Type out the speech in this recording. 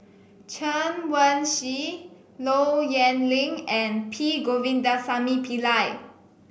Chen Wen Hsi Low Yen Ling and P Govindasamy Pillai